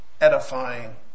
edifying